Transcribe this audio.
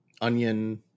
onion